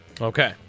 Okay